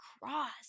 cross